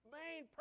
main